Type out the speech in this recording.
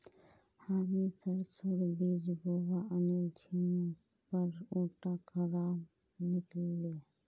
हामी सरसोर बीज बोवा आनिल छिनु पर उटा खराब निकल ले